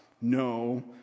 No